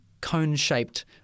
cone-shaped